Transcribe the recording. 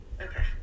Okay